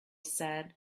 said